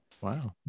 Wow